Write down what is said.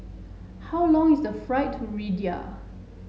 how long is the flight to Riyadh